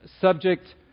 subject